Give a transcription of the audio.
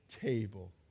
table